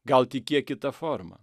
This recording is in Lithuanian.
gal tik kiek kita forma